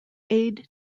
aide